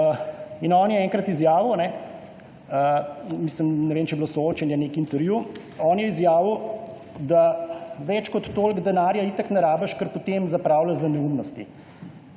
In on je enkrat izjavil, ne vem, če je bilo soočenje, nek intervju, da več kot toliko denarja itak ne rabiš, ker potem zapravljaš za neumnosti.